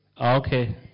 Okay